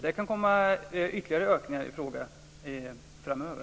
Det kan komma ytterligare ökningar framöver.